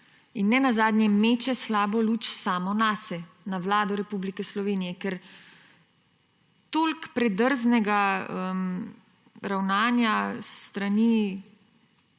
in ne nazadnje meče slabo luč sama nase, na Vlado Republike Slovenije. Ker toliko predrznega ravnanja s strani